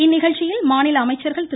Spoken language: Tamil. இந்நிகழ்ச்சியில் மாநில அமைச்சர்கள் திரு